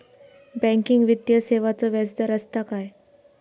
Banking वित्तीय सेवाचो व्याजदर असता काय?